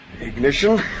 Ignition